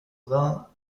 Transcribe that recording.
vingts